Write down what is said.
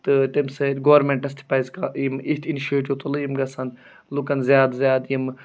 تہٕ تَمہِ سۭتۍ گورمٮ۪نٛٹَس تہِ پَزِ کہ یِم یِتھۍ اِنشیٹِو تُلٕنۍ یِم گژھن لُکَن زیادٕ زیادٕ یِم